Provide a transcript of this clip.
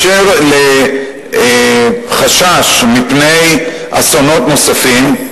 לגבי חשש מפני אסונות נוספים,